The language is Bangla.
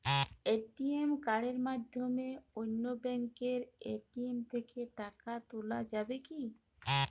এ.টি.এম কার্ডের মাধ্যমে অন্য ব্যাঙ্কের এ.টি.এম থেকে টাকা তোলা যাবে কি?